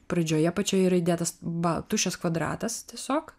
pradžioje pačioje yra įdėtas ba tuščias kvadratas tiesiog